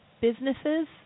businesses